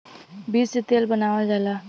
बीज से तेल बनावल जाला